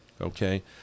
okay